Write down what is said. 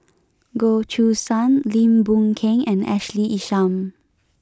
Goh Choo San Lim Boon Keng and Ashley Isham